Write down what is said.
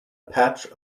patch